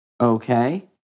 Okay